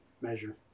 measure